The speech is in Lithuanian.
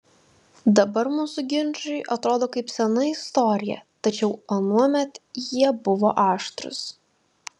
dabar mūsų ginčai atrodo kaip sena istorija tačiau anuomet jie buvo aštrūs